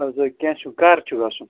اچھا کیاہ چھُو کَر چھُو گژھُن